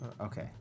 Okay